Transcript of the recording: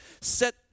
Set